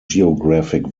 geographic